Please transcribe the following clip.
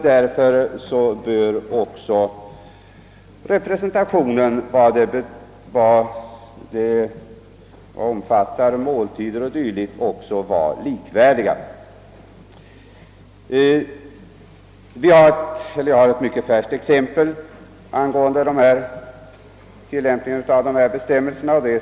Därför bör även representationen när det gäller måltider och dylikt vara likvärdig. Jag har ett mycket färskt exempel angående tillämpningen av dessa bestämmelser.